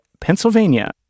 Pennsylvania